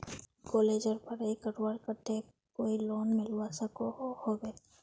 कॉलेजेर पढ़ाई करवार केते कोई लोन मिलवा सकोहो होबे?